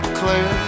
clear